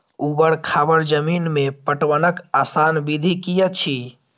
ऊवर खावर जमीन में पटवनक आसान विधि की अछि?